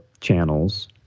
channels